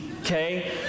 okay